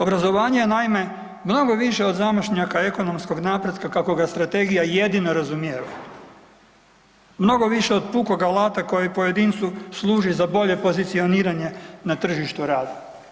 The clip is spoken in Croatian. Obrazovanje je naime mnogo više od zamašnjaka ekonomskog napretka kako ga strategija jedina razumijeva, mnogo više od pukog alata koji po jedinstvu služi za bolje pozicioniranje na tržištu rada.